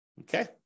okay